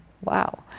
Wow